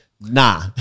nah